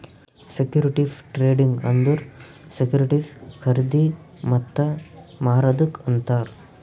securities trading ಅಂದುರ್ securities ಖರ್ದಿ ಮತ್ತ ಮಾರದುಕ್ ಅಂತಾರ್